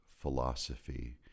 philosophy